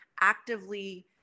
actively